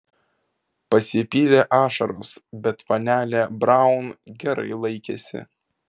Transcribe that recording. pasipylė ašaros bet panelė braun gerai laikėsi